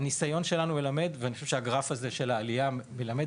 הניסיון שלנו מלמד ואני חושב שהגרף הזה של העלייה מלמד